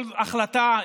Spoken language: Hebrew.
כל החלטה,